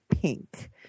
pink